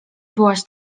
byłaś